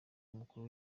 w’umukuru